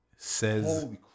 Says